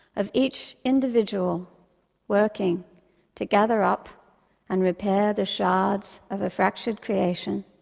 of each individual working to gather up and repair the shards of a fractured creation,